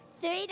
three